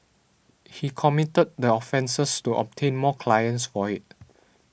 he committed the offences to obtain more clients for it